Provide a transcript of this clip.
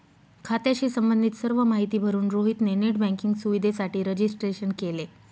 खात्याशी संबंधित सर्व माहिती भरून रोहित ने नेट बँकिंग सुविधेसाठी रजिस्ट्रेशन केले